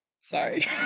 Sorry